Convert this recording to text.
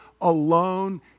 alone